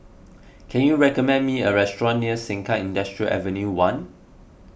can you recommend me a restaurant near Sengkang Industrial Avenue one